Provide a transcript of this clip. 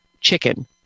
chicken